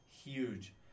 huge